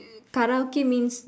Karaoke means